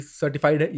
certified